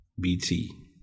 BT